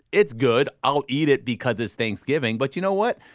it's good. i'll eat it because it's thanksgiving. but you know what?